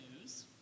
news